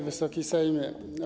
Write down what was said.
Wysoki Sejmie!